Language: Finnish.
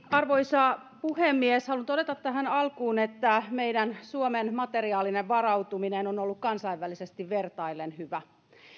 arvoisa puhemies haluan todeta tähän alkuun että meidän suomen materiaalinen varautuminen on ollut kansainvälisesti vertaillen hyvä